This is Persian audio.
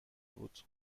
بود